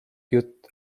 jutt